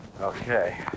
Okay